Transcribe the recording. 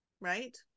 right